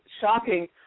shocking